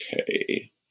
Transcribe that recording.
Okay